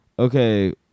Okay